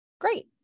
great